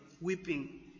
weeping